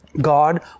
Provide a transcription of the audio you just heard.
God